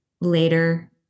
later